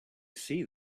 see